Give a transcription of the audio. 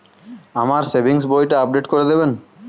আমার সেভিংস বইটা আপডেট করে দেবেন?